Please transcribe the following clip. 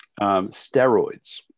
steroids